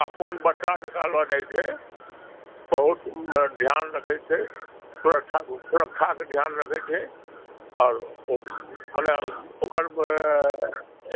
अपन बच्चा जकाॅं लऽ जाइ छै बहुत सुन्दर ध्यान रखै छै सुरक्षा के ध्यान रखै छै आओर माने ओकर